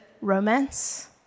romance